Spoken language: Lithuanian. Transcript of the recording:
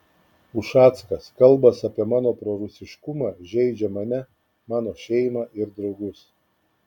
ušackas kalbos apie mano prorusiškumą žeidžia mane mano šeimą ir draugus